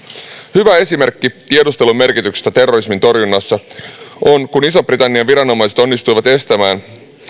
hyvä esimerkki tiedustelun merkityksestä terrorismin torjunnassa on se kun ison britannian viranomaiset onnistuivat estämään